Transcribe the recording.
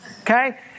Okay